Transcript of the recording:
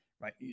Right